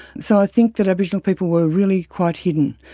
so i think that aboriginal people were really quite hidden,